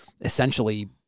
essentially